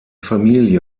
familie